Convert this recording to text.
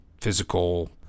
physical